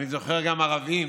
אני זוכר גם ערבים